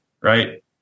right